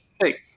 hey